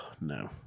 No